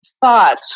thought